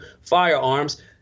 firearms